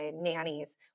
nannies